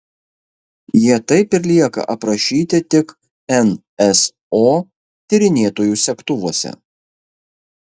jie taip ir lieka aprašyti tik nso tyrinėtojų segtuvuose